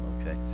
Okay